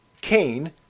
Cain